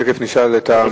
תיכף נשאל את המציעים.